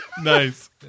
Nice